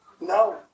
No